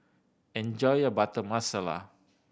enjoy your Butter Masala